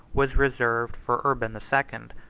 was reserved for urban the second,